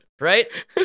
right